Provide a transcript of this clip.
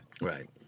Right